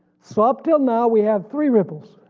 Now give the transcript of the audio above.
so up till now we have three ripples.